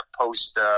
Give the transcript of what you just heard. post